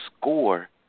score